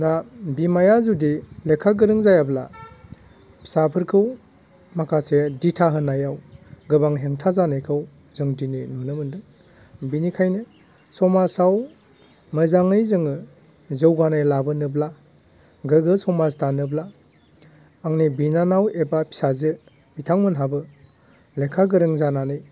दा बिमाया जुदि लेखा गोरों जायाब्ला फिसाफोरखौ माखासे दिथा होनायाव गोबां हेंथा जानायखौ जों दिनै नुनो मोनदों बेनिखायनो समाजाव मोजाङै जोङो जौगानाय लाबोनोब्ला गोग्गो समाज दानोब्ला आंनि बिनानाव एबा फिसाजो बिथांमोनहाबो लेखा गोरों जानानै